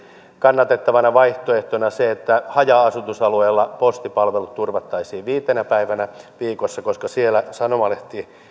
kannatettavana vaihtoehtona sen että haja asutusalueella postipalvelut turvattaisiin viitenä päivänä viikossa koska siellä sanomalehtien